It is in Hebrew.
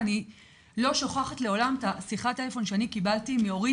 ואני לא שוכחת לעולם את השיחת טלפון שאני קיבלתי מאורית,